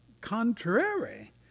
contrary